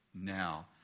now